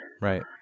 Right